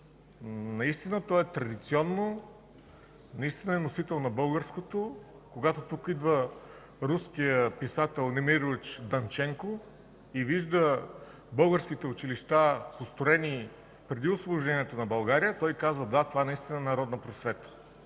Дамянова. То е традиционно, носител на българското. Когато тук идва руският писател Немирович-Данченко и вижда българските училища, построени преди Освобождението на България, той казва: „Да, това наистина е народна просвета”.